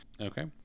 okay